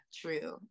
true